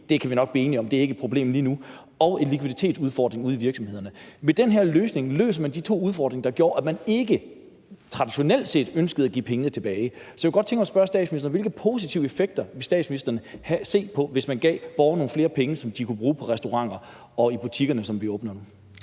kan vi nok blive enige om ikke er et problem lige nu. Med den her løsning løser man de to udfordringer, der gjorde, at man ikke traditionelt set ønskede at give pengene tilbage. Så jeg kunne godt tænke mig at spørge statsministeren: Hvilke positive effekter vil statsministeren kunne se, hvis man gav borgerne nogle flere penge, som de kunne bruge på restauranter og i butikkerne, som vi åbner nu?